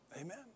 Amen